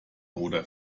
oder